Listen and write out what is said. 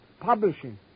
Publishing